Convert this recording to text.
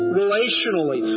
relationally